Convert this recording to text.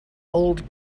old